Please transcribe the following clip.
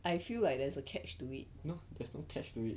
I feel like there's a catch to it